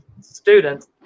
students